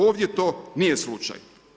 Ovdje to nije slučaj.